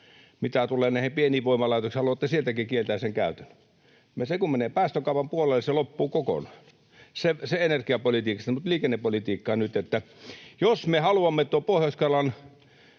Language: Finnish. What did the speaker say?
mitä tulee näihin pieniin voimalaitoksiin, haluatte sieltäkin kieltää sen käytön, ja se kun menee päästökaupan puolelle, se loppuu kokonaan. Se energiapolitiikasta. Liikennepolitiikkaan nyt. Jos me haluamme tuon Pohjois-Karjalan